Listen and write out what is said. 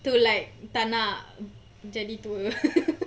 to like tak nak jadi tua